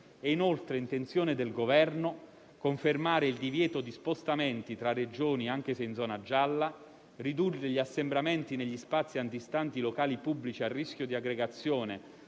È inoltre intenzione del Governo confermare il divieto di spostamenti tra Regioni anche in zona gialla; ridurre gli assembramenti negli spazi antistanti i locali pubblici a rischio di aggregazione